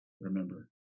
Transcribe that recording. remember